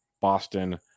Boston